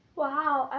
Wow